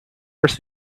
worth